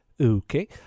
Okay